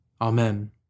Amen